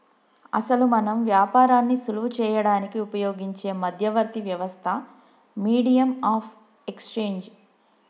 అసలు మనం వ్యాపారాన్ని సులువు చేయడానికి ఉపయోగించే మధ్యవర్తి వ్యవస్థ మీడియం ఆఫ్ ఎక్స్చేంజ్